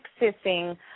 accessing